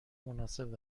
مناسب